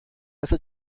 مثل